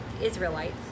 israelites